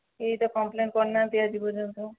କେହି ତ କମ୍ପ୍ଲେନ୍ କରିନାହାନ୍ତିି ଆଜିି ପର୍ଯ୍ୟନ୍ତ